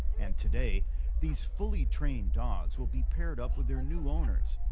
and today these fully trained dogs will be paired up with their new owners.